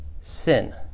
sin